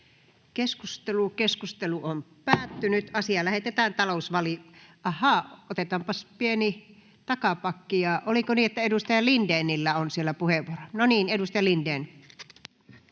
Keskustelu on päättynyt. Asia lähetetään talousvalio... — Ahaa, otetaanpas pieni takapakki. Oliko niin, että edustaja Lindénillä on siellä puheenvuoro? — No niin, edustaja Lindén.